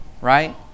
right